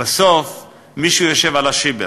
בסוף מישהו יושב על השיבר,